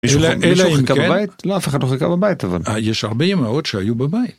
מישהו חיכה בבית? לא, אף אחד לא חיכה בבית אבל. אה, יש הרבה אמהות שהיו בבית.